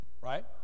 Right